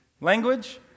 language